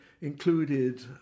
included